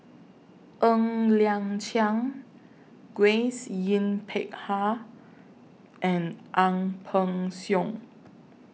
Ng Liang Chiang Grace Yin Peck Ha and Ang Peng Siong